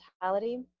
mentality